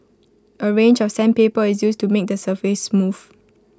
A range of sandpaper is used to make the surface smooth